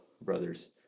brothers